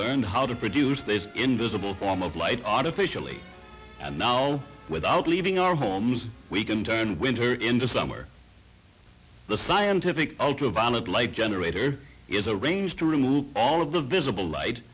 learned how to produce this invisible form of light auto officially and now without leaving our homes we can turn winter in the summer the scientific ultraviolet light generator is a range to remove all of the visible light